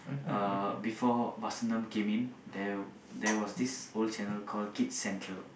uh before Vasantham came in there there was this old channel called Kids-Central